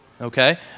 okay